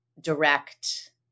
direct